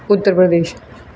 Uttar Pradesh